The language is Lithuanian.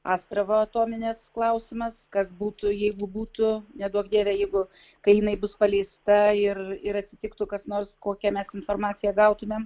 astravo atominės klausimas kas būtų jeigu būtų neduok dieve jeigu kai jinai bus paleista ir ir atsitiktų kas nors kokią mes informaciją gautumėm